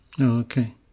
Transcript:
Okay